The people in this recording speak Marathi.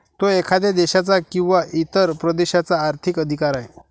तो एखाद्या देशाचा किंवा इतर प्रदेशाचा आर्थिक अधिकार आहे